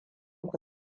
ku